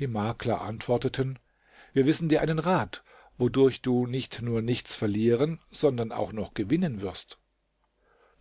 die makler antworteten wir wissen dir einen rat wodurch du nicht nur nichts verlieren sondern auch noch gewinnen wirst